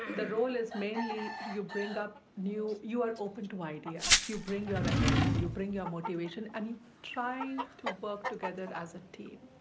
the role is mainly you bring up new, you are open to ideas. you bring your and energy, you you bring your motivation and you try and to work together as a team.